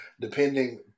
depending